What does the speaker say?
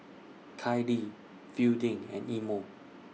Kailee Fielding and Imo